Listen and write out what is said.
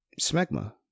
smegma